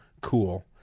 cool